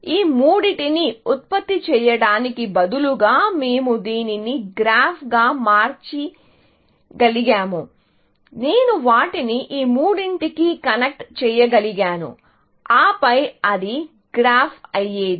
ఈ మూడింటిని ఉత్పత్తి చేయడానికి బదులుగా మేము దీనిని గ్రాఫ్గా మార్చగలిగాము నేను వాటిని ఈ మూడింటికి కనెక్ట్ చేయగలిగాను ఆపై అది గ్రాఫ్ అయ్యేది